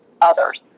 others